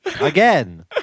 Again